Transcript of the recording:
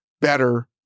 better